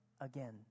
again